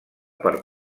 per